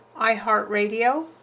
iHeartRadio